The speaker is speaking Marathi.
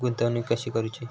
गुंतवणूक कशी करूची?